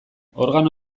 organo